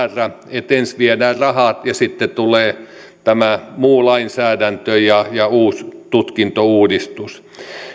että ensin viedään rahat ja sitten tulee muu lainsäädäntö ja uusi tutkintouudistus